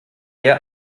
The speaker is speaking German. eher